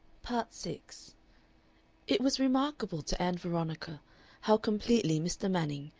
part six it was remarkable to ann veronica how completely mr. manning,